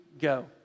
go